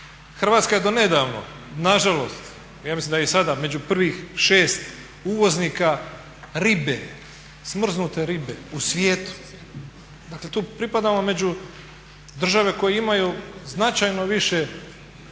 Hrvatska je donedavno nažalost, ja mislim da je i sada među prvih 6 uvoznika ribe, smrznute ribe u svijetu. Dakle tu pripadamo među države koje imaju značajno više svojih